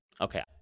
Okay